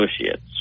associates